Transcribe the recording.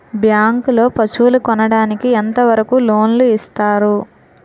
Bank లో పశువుల కొనడానికి ఎంత వరకు లోన్ లు ఇస్తారు?